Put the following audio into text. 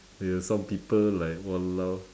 you know some people like !walao!